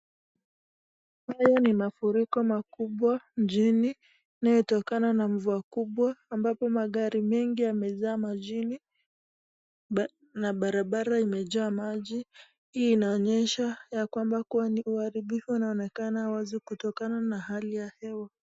Hayo ni mafuriko makubwa mjini inayotokana na mvua kubwa ambapo magari mengi yamezaa majini na barabara imejaa maji. Hii inaonyesha ya kwamba kuwa ni uharibifu unaonekana kutokana na hali ya hewa.